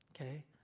okay